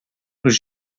nos